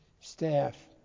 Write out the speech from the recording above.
staff